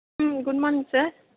ம் good morning sir